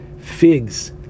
figs